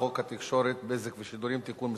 חוק התקשורת (בזק ושידורים) (תיקון מס'